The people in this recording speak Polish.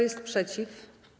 jest przeciw?